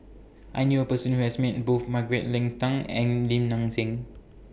I knew A Person Who has Met Both Margaret Leng Tan and Lim Nang Seng